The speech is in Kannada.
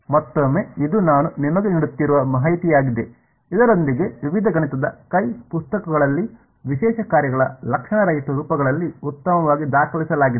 ಮತ್ತೊಮ್ಮೆ ಇದು ನಾನು ನಿಮಗೆ ನೀಡುತ್ತಿರುವ ಮಾಹಿತಿಯಾಗಿದೆ ಇದರೊಂದಿಗೆ ವಿವಿಧ ಗಣಿತದ ಕೈ ಪುಸ್ತಕಗಳಲ್ಲಿ ವಿಶೇಷ ಕಾರ್ಯಗಳ ಲಕ್ಷಣರಹಿತ ರೂಪಗಳಲ್ಲಿ ಉತ್ತಮವಾಗಿ ದಾಖಲಿಸಲಾಗಿದೆ